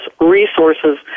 resources